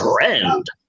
trend